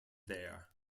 there